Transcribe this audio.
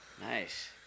Nice